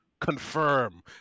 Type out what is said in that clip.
confirm